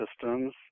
systems